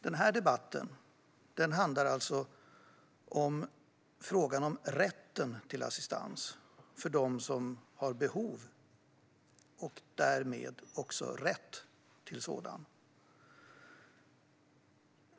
Denna debatt handlar alltså om rätten till assistans för dem som har behov av - och därmed också rätt till - sådan.